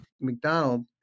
McDonald